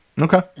okay